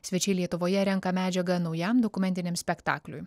svečiai lietuvoje renka medžiagą naujam dokumentiniam spektakliui